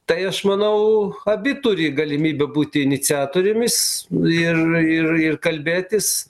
tai aš manau abi turi galimybę būti iniciatorėmis ir ir ir kalbėtis